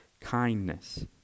kindness